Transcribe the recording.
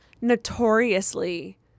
notoriously